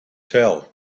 tell